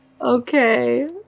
Okay